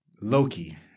Loki